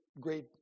great